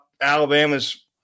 Alabama's